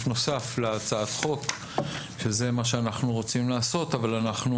נוסף להצעת החוק שזה מה שאנחנו רוצים לעשות אבל אנחנו